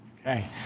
Okay